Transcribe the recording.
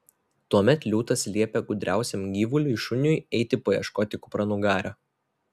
tuomet liūtas liepė gudriausiam gyvuliui šuniui eiti paieškoti kupranugario